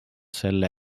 selle